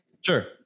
Sure